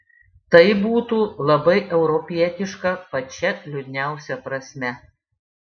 tai būtų labai europietiška pačia liūdniausia prasme